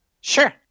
Sure